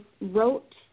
wrote